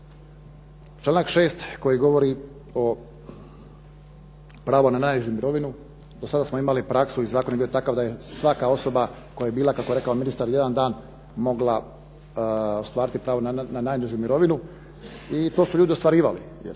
Članak 6. koji govori o pravu na najnižu mirovinu, do sada smo imali praksu i zakon je bio takav da je svaka osoba koja je bila kako je rekao ministar jedan dan mogla ostvariti pravo na najnižu mirovinu i to su ljudi ostvarivali